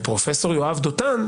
פרופ' יואב דותן,